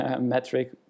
metric